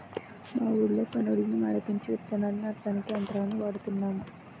మా ఊళ్ళో పనోళ్ళని మానిపించి విత్తనాల్ని నాటడానికి యంత్రాలను వాడుతున్నాము